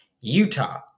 Utah